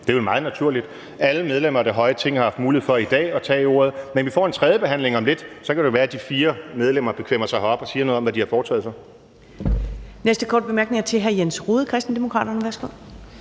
Det er vel meget naturligt. Alle medlemmer af det høje Ting har haft mulighed for i dag at tage ordet, men vi får en tredje behandling om lidt, og så kan det være, at de fire medlemmer bekvemmer sig herop og siger noget om, hvad de har foretaget sig.